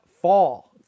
fall